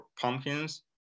pumpkins